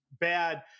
bad